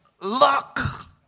luck